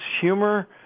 humor